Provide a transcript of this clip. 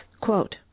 quote